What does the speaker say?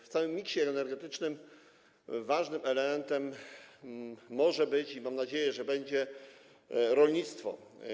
W całym miksie energetycznym ważnym elementem może być - i mam nadzieję, że będzie - rolnictwo.